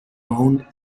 round